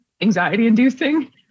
anxiety-inducing